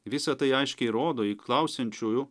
visa tai aiškiai rodo į klausiančiųjų